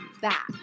back